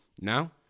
Now